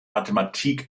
mathematik